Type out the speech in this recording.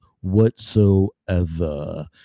whatsoever